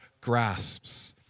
grasps